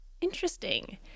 Interesting